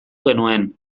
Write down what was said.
genuen